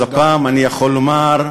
אז הפעם אני יכול לומר: